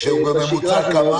כשהוא בממוצע כמה